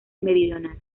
meridional